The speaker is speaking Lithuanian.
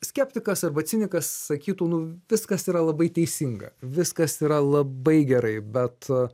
skeptikas arba cinikas sakytų nu viskas yra labai teisinga viskas yra labai gerai bet